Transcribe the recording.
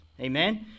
Amen